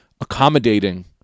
accommodating